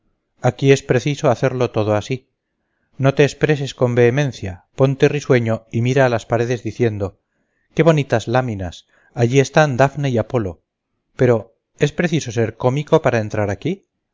aquí es preciso hacerlo todo así no te expreses con vehemencia ponte risueño y mira a las paredes diciendo qué bonitas láminas allí están dafne y apolo pero es preciso ser cómico para entrar aquí